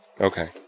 Okay